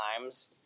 times